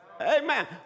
Amen